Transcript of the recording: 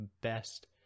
best